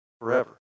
forever